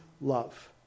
love